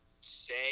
say